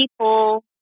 people